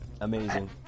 Amazing